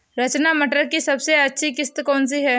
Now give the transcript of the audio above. रचना मटर की सबसे अच्छी किश्त कौन सी है?